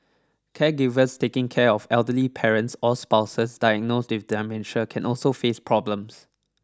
caregivers taking care of elderly parents or spouses diagnosed with can also face problems